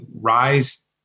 rise